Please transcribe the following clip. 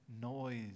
noise